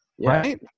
right